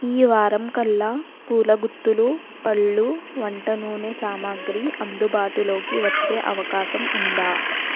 ఈ వారం కల్లా పూలగుత్తులు పళ్ళు వంటనూనె సామాగ్రి అందుబాటులోకి వచ్చే అవకాశం ఉందా